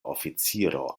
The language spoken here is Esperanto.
oficiro